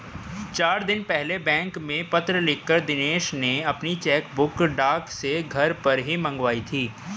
चार दिन पहले बैंक में पत्र लिखकर दिनेश ने अपनी चेकबुक डाक से घर ही पर मंगाई थी